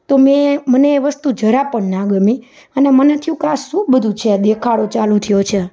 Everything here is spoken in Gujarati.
તો મેં મને એ વસ્તુ જરા પણ ના ગમી અને મને થયું કે આ શું બધું છે આ દેખાડો ચાલુ થયો છે